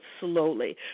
slowly